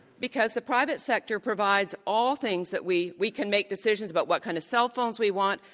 because the private sector provides all things that we we can make decisions about what kind of cell phones we want,